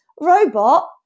robot